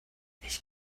ich